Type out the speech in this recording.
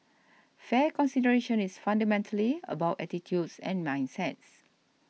fair consideration is fundamentally about attitudes and mindsets